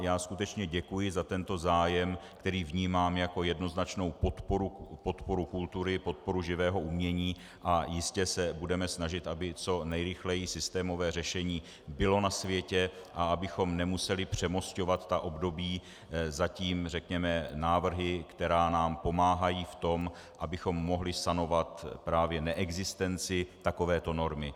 Já skutečně děkuji za tento zájem, který vnímám jako jednoznačnou podporu kultury, podporu živého umění, a jistě se budeme snažit, aby co nejrychleji systémové řešení bylo na světě a abychom nemuseli přemosťovat ta období zatím návrhy, které nám pomáhají v tom, abychom mohli sanovat právě neexistenci takovéto normy.